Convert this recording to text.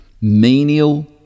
menial